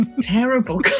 terrible